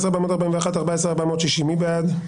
14,301 עד 14,320, מי בעד?